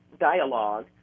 Dialogue